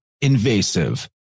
invasive